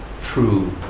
true